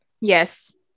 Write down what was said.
Yes